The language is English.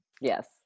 yes